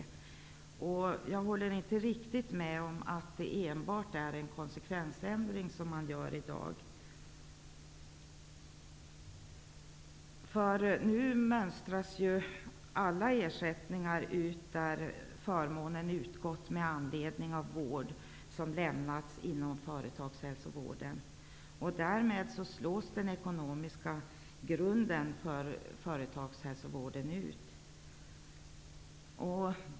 Det beskrivs också i betänkandet. Jag håller inte riktigt med om att det bara är en konsekvensändring. Nu mönstras ju alla ersättningar ut där förmånen utgått med anledning av vård som lämnats inom företagshälsovården. Därmed slås den ekonomiska grunden för företagshälsovården ut.